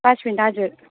दस मिनट हजुर